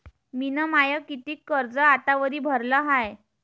मिन माय कितीक कर्ज आतावरी भरलं हाय?